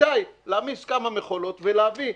שכדאי להעמיס כמה מכולות ולהביא.